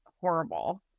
horrible